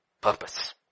Purpose